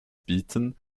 bieten